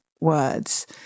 words